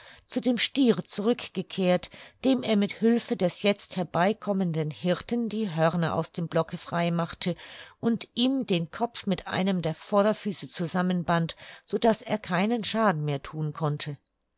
zu dem stiere zurückgekehrt dem er mit hülfe des jetzt herbeikommenden hirten die hörner aus dem blocke frei machte und ihm den kopf mit einem der vorderfüße zusammenband so daß er keinen schaden mehr thun konnte